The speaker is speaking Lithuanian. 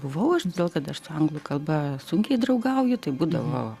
buvau todėl kad aš su anglų kalba sunkiai draugauju tai būdavo